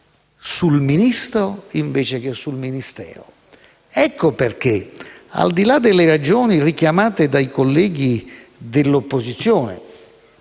sul Ministro invece che sul Ministero. Ecco perché, al di là delle ragioni richiamate dai colleghi dell'opposizione,